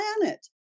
planet